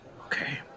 okay